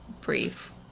brief